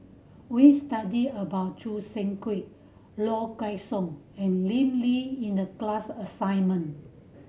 we studied about Choo Seng Quee Low Kway Song and Lim Lee in the class assignment